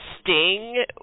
sting